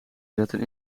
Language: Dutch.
zetten